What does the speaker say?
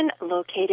located